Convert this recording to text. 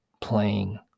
playing